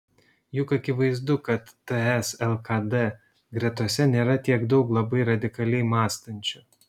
juk akivaizdu kad ts lkd gretose nėra tiek daug labai radikaliai mąstančių